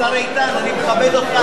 השר איתן, אני מכבד אותך.